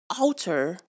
alter